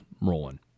rolling